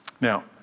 Now